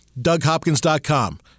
DougHopkins.com